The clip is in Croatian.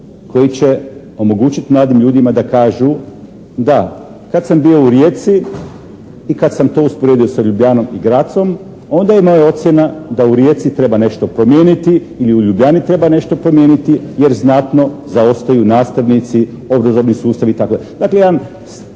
koji će omogućiti mladim ljudima da kažu da kad sam bio u Rijeci i kad sam to usporedio sa Ljubljanom i Grazom onda je moja ocjena da u Rijeci treba nešto promijeniti ili u Ljubljani treba nešto promijeniti jer znatno zaostaju nastavnici, obrazovni sustavi i tako dalje.